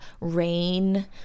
rain